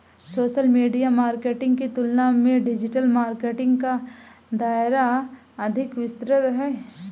social media marketing की तुलना में डिजिटल मार्केटिंग का दायरा अधिक विस्तृत है